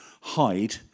hide